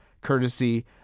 courtesy